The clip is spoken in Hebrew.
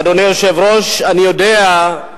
אדוני היושב-ראש, אני יודע,